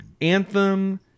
Anthem